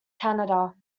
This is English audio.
canada